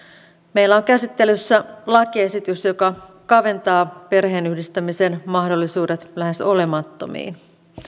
meillä on käsittelyssä lakiesitys joka kaventaa perheenyhdistämisen mahdollisuudet lähes olemattomiin